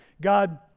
God